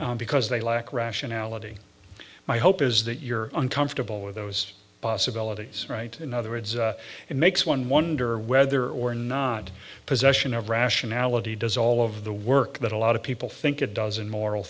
because they lack rationality my hope is that you're uncomfortable with those possibilities right in other words it makes one wonder whether or not possession of rationality does all of the work that a lot of people think it does in moral